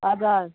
हजुर